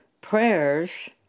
prayers